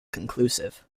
conclusive